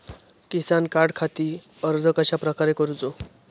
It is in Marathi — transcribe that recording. किसान कार्डखाती अर्ज कश्याप्रकारे करूचो?